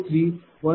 95169।20